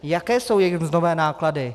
Jaké jsou jejich mzdové náklady.